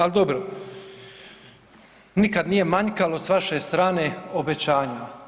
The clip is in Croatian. Al dobro, nikad nije manjkalo s vaše strane obećanja.